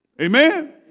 Amen